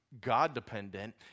God-dependent